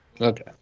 Okay